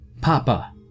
Papa